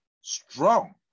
strong